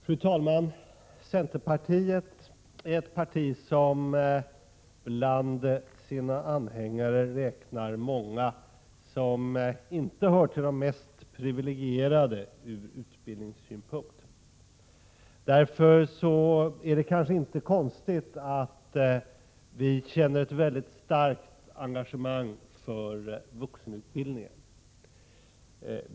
Fru talman! Centerpartiet är ett parti som bland sina anhängare räknar många som inte hör till de mest privilegierade ur utbildningssynpunkt. Därför är det kanske inte konstigt att vi känner ett mycket starkt engagemang för vuxenutbildningen.